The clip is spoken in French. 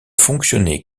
fonctionner